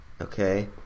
Okay